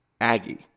Aggie